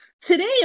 today